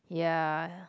ya